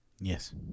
Yes